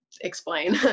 explain